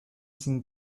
sin